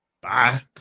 bye